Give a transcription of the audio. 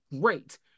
great